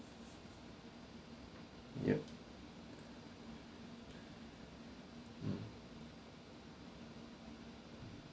yup mm